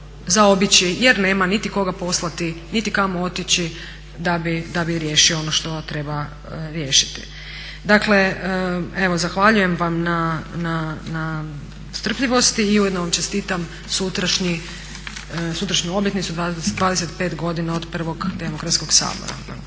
zaobići jer nema niti koga poslati, niti kamo otići da bi riješio ono što treba riješiti. Dakle, zahvaljujem vam na strpljivosti i ujedno vam čestitam sutrašnju obljetnicu, 25 godina od prvog demokratskog sabora.